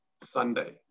Sunday